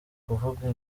kuvuga